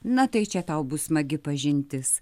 na tai čia tau bus smagi pažintis